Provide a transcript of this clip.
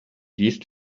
gehst